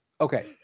Okay